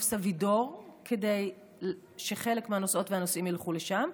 סבידור כדי שחלק מהנוסעות והנוסעים ילכו לשם.